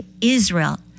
Israel